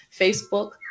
Facebook